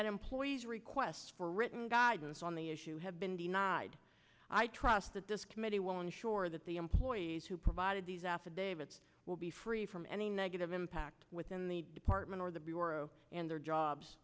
that employees requests for written guidance on the issue have been denied i trust that this committee will ensure that the employees who provided these affidavits will be free from any negative impact within the department or the bureau and their jobs